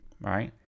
right